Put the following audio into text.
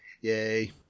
Yay